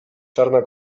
czarna